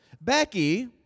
Becky